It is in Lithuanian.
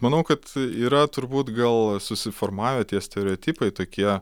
manau kad yra turbūt gal susiformavę tie stereotipai tokie